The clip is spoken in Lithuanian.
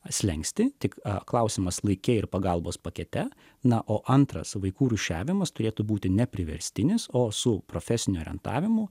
slenkstį tik klausimas laike ir pagalbos pakete na o antras vaikų rūšiavimas turėtų būti ne priverstinis o su profesiniu orientavimu